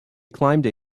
climbed